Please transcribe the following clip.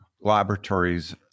Laboratories